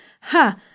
ha